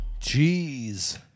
Jeez